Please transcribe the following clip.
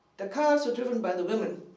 the cars were driven by the women.